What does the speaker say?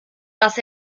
das